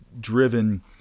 driven